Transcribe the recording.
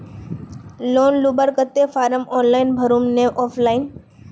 Loan लुबार केते form online भरुम ने ऑफलाइन?